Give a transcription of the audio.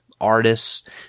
artists